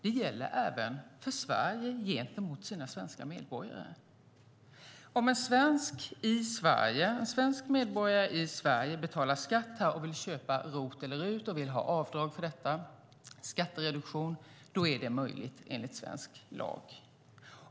De gäller även för staten Sverige gentemot svenska medborgare. Om en svensk medborgare i Sverige som betalar skatt i Sverige köper RUT eller ROT-tjänster och vill göra avdrag för detta, skattereduktion, är det möjligt enligt svensk lag.